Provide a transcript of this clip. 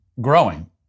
growing